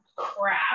crap